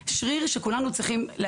אתם רואים שיש כאן שילוב של שני דברים: מצד